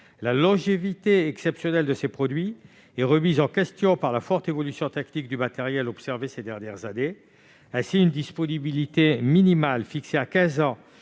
La longévité exceptionnelle de ces produits est remise en question par la forte évolution tactique du matériel observée ces dernières années. Ainsi, une disponibilité minimale fixée à quinze